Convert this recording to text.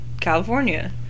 California